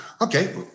okay